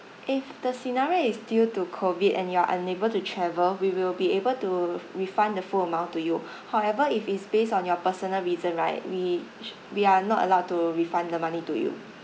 if the scenario is due to COVID and you are unable to travel we will be able to refund the full amount to you however if it's based on your personal reason right we ch~ we are not allowed to refund the money to you